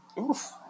Oof